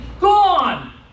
gone